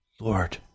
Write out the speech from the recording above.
Lord